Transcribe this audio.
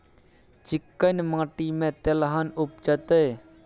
चिक्कैन माटी में तेलहन उपजतै?